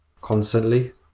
constantly